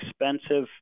expensive